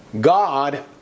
god